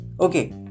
Okay